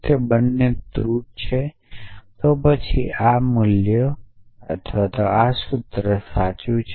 જે બંને ટ્રૂ છે તો પછી આ સૂત્ર સાચું છે